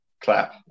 Clap